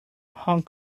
hong